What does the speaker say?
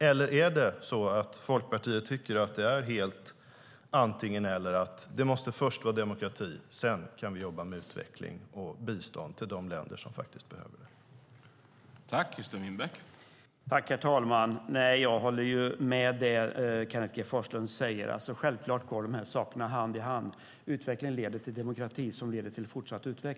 Eller tycker Folkpartiet att det är antingen eller - det måste först vara demokrati, och sedan kan vi jobba med utveckling och bistånd till de länder som behöver det?